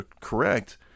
correct